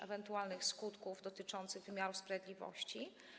ewentualnych dalszych skutków dotyczących wymiaru sprawiedliwości.